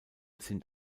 sind